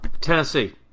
Tennessee